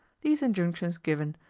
these injunctions given,